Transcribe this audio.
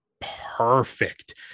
perfect